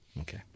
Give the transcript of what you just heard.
Okay